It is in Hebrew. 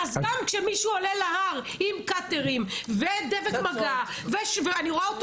אז גם כשמישהו עולה להר עם קאטרים ודבק מגע ואני רואה אותו